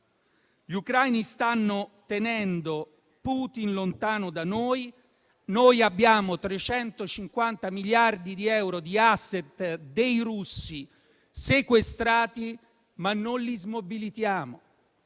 Gli ucraini stanno tenendo Putin lontano da noi. Noi abbiamo 350 miliardi di euro di *asset* dei russi sequestrati, ma non li smobilitiamo.